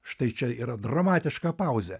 štai čia yra dramatiška pauzė